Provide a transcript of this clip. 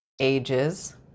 ages